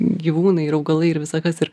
gyvūnai ir augalai ir visa kas ir